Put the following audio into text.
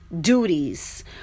duties